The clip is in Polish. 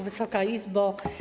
Wysoka Izbo!